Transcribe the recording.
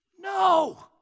No